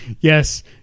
yes